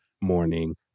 morning